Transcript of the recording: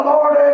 Lord